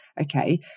Okay